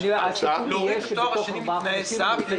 כל